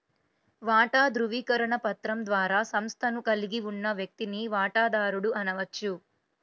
వాటా ధృవీకరణ పత్రం ద్వారా సంస్థను కలిగి ఉన్న వ్యక్తిని వాటాదారుడు అనవచ్చు